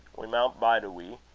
we maun bide a wee,